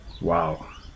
wow